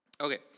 Okay